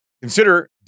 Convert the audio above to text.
Consider